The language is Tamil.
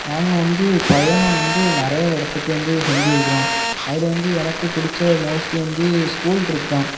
நாங்கள் வந்து பயணம் வந்து நிறைய இடத்துக்கு வந்து செஞ்சுருக்குறோம் அதில் வந்து எனக்கு பிடிச்ச மோஸ்ட்லி வந்து ஸ்கூல் ட்ரிப் தான்